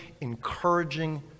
encouraging